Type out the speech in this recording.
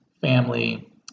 family